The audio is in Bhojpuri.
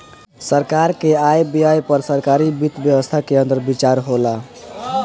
सरकार के आय व्यय पर सरकारी वित्त व्यवस्था के अंदर विचार होला